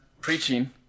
preaching